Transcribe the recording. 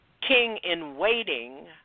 king-in-waiting